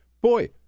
boy